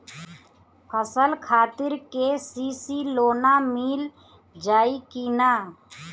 फसल खातिर के.सी.सी लोना मील जाई किना?